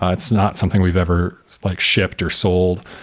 ah it's not something we've ever like shipped or sold.